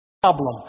problem